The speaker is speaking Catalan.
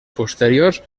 posteriors